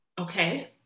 Okay